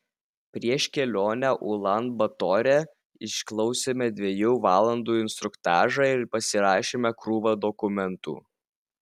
prieš kelionę ulan batore išklausėme dviejų valandų instruktažą ir pasirašėme krūvą dokumentų